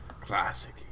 Classic